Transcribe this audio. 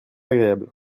agréable